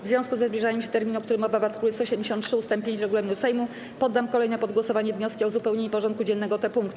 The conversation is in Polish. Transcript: W związku ze zbliżaniem się terminu, o którym mowa w art. 173 ust. 5 regulaminu Sejmu, poddam kolejno pod głosowanie wnioski o uzupełnienie porządku dziennego o te punkty.